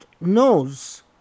knows